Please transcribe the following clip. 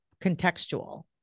contextual